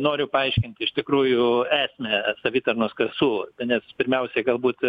noriu paaiškinti iš tikrųjų esmę savitarnos kasų nes pirmiausia galbūt